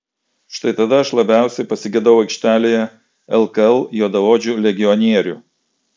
štai tada aš labiausiai pasigedau aikštelėje lkl juodaodžių legionierių